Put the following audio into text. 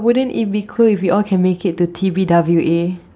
but wouldn't it be cool if we all can make it to T_B_W_A